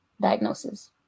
diagnosis